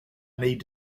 need